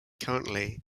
currently